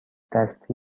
دستی